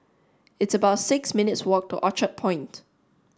it's about six minutes' walk to Orchard Point